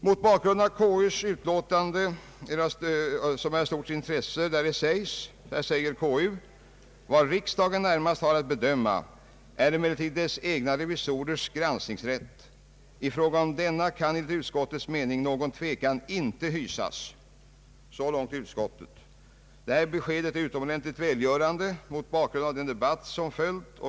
I sitt utlåtande, som är av stort intresse, säger konstitutionsutskottet: »Vad riksdagen närmast har att bedöma är emellertid dess egna revisorers granskningsrätt. I fråga om denna kan enligt utskottets mening någon tvekan inte hysas.» Detta besked är utomordentligt välgörande mot bakgrunden av den debatt som har följt.